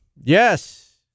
Yes